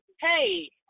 hey